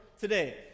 today